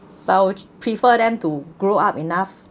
but I would prefer them to grow up enough